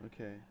Okay